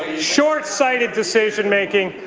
short-sighted decision making.